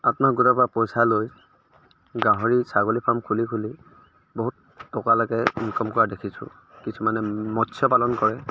আত্মসহায়ক গোটৰ পৰা পইচা লৈ গাহৰি ছাগলী ফ্ৰাম খুলি খুলি বহুত টকালৈকে ইনকম কৰা দেখিছোঁ কিছুমানে মৎস্য পালন কৰে